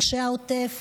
אנשי העוטף